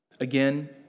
Again